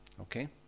Okay